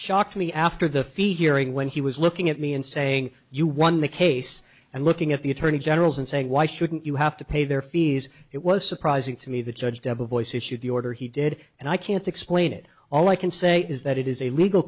shocked me after the fee hearing when he was looking at me and saying you won the case and looking at the attorney general's and saying why shouldn't you have to pay their fees it was surprising to me that judge debra voice issued the order he did and i can't explain it all i can say is that it is a legal